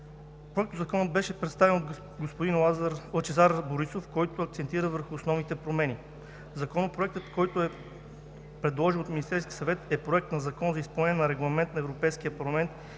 Проектозаконът беше представен от господин Лъчезар Борисов, който акцентира върху основните промени. Законопроектът, който е предложен от Министерския съвет, е Проект на Закон за изпълнение на Регламент на Европейския парламент